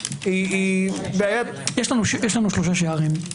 יש לנו שלושה שערים.